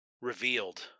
revealed